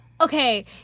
Okay